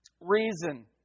reason